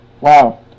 Wow